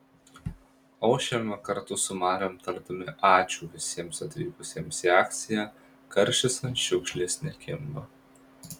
ošiame kartu su mariom tardami ačiū visiems atvykusiems į akciją karšis ant šiukšlės nekimba